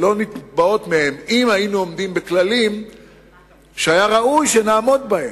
נתבעות מהם אם היינו עומדים בכללים שהיה ראוי שנעמוד בהם.